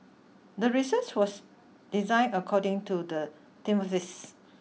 the research was designed according to the hypothesis